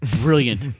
brilliant